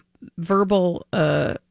verbal